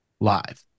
live